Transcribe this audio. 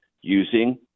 using